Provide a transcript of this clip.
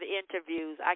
interviews